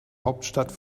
hauptstadt